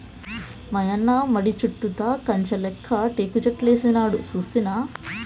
మాయన్న మడి చుట్టూతా కంచెలెక్క టేకుచెట్లేసినాడు సూస్తినా